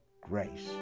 grace